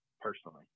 personally